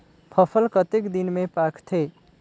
फसल कतेक दिन मे पाकथे?